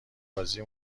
بازی